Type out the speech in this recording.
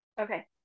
Okay